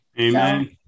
Amen